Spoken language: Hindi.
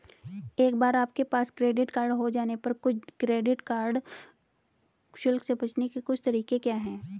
एक बार आपके पास क्रेडिट कार्ड हो जाने पर कुछ क्रेडिट कार्ड शुल्क से बचने के कुछ तरीके क्या हैं?